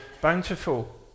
bountiful